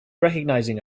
recognizing